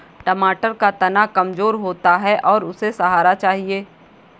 टमाटर का तना कमजोर होता है और उसे सहारा चाहिए